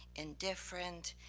indifferent,